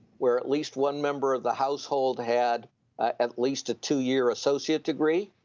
where at least one member of the household had at least a two-year associate degree,